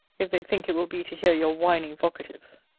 if they think it will be to hear your whining vocatives